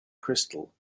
crystal